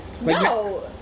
No